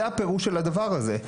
זה הפירוש של הדבר הזה,